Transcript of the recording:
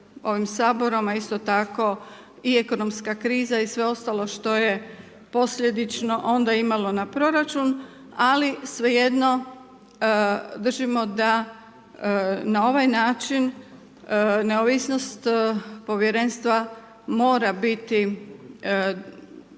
ovim Saborom, a isto tako i ekonomsko kriza i sve ostalo što je posljedično onda imalo na proračun, ali svejedno držimo da na ovaj način neovisnost povjerenstva mora biti